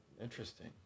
Interesting